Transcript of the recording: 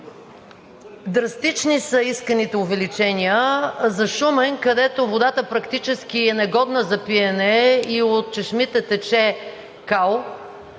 Драстични са исканите увеличения. За Шумен, където водата практически е негодна за пиене и от чешмите тече кал,